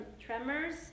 Tremors